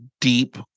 deep